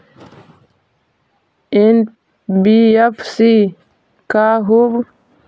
NBFC का होब?